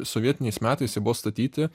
sovietiniais metais jie buvo statyti